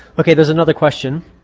okay there's another question.